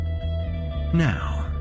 Now